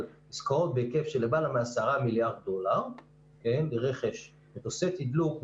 עסקאות בהיקף של למעלה מ-10 מיליארד דולר ברכש מטוסי תדלוק,